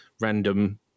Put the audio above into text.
random